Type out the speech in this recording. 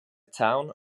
town